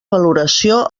valoració